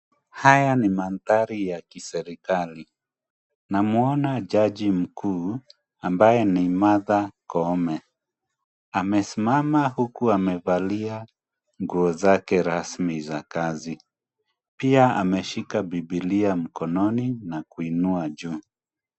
Haya ni mandhari ya kiserikali. Namuona jaji mkuu ambaye ni Martha Koome. Amesimama huku amevalia nguo zake rasmi za kazi. Pia ameshika bibilia mkononi na kuinua juu.